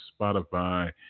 Spotify